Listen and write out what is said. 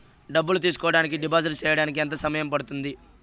డబ్బులు తీసుకోడానికి డిపాజిట్లు సేయడానికి ఎంత సమయం పడ్తుంది